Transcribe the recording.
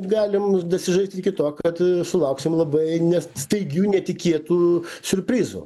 galim dasižaisti iki to kad sulauksim labai ne staigių netikėtų siurprizų